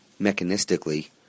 Mechanistically